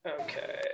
okay